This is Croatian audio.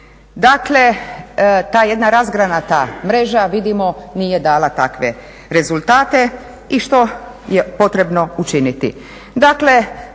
Dakle, ta jedna razgranata mreža vidimo nije dala takve rezultate i što je potrebno učiniti.